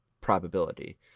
probability